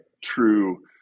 true